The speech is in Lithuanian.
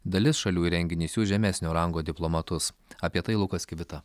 dalis šalių į renginį siųs žemesnio rango diplomatus apie tai lukas kivita